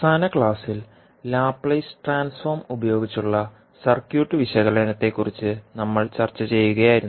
അവസാന ക്ലാസ്സിൽ Laplace transform ഉപയോഗിച്ചുളള സർക്യൂട്ട് വിശകലനത്തെക്കുറിച്ച് നമ്മൾ ചർച്ച ചെയ്യുകയായിരുന്നു